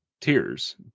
Tears